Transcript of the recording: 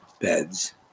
beds